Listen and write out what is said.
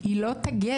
היא לא תגן,